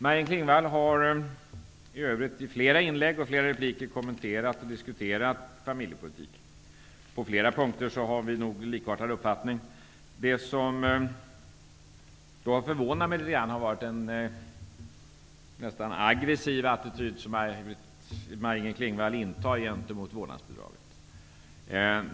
Maj-Inger Klingvall har i övrigt i flera inlägg och repliker kommenterat och diskuterat familjepolitiken. På flera punkter har vi likartade uppfattningar. Det som förvånar mig litet är den nästan aggressiva attityd som Maj-Inger Klingvall intar gentemot vårdnadsbidraget.